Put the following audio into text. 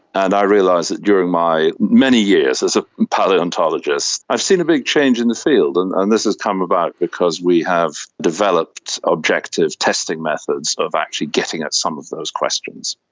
and i realised that during my many years as a palaeontologist i've seen a big change in the field, and and this has come about because we have developed objective testing methods of actually getting at some of those questions.